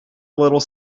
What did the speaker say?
little